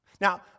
Now